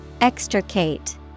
Extricate